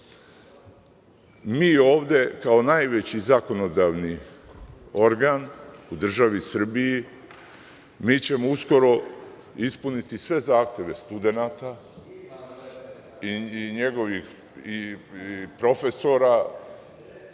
Mi ovde kao najveći zakonodavni organ u državi Srbiji, mi ćemo uskoro ispuniti sve zahteve studenata i profesora